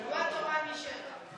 זה לא יום שנעים להם לשבת במליאה.